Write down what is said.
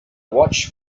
watch